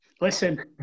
Listen